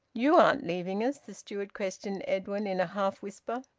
you aren't leaving us? the steward questioned edwin in a half-whisper.